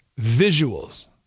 visuals